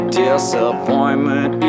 disappointment